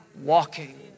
walking